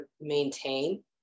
maintain